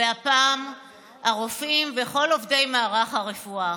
והפעם הרופאים וכל עובדי מערך הרפואה,